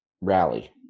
rally